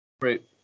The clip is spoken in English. Right